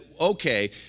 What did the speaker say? okay